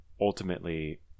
ultimately